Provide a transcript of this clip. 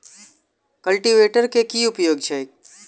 Cultivator केँ की उपयोग छैक?